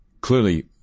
clearly